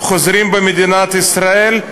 חוזרים למדינת ישראל,